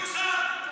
אל תטיף לי מוסר.